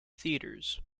theaters